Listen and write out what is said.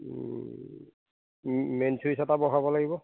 main switch এটা বঢ়াব লাগিব